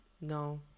No